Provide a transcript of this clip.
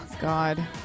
God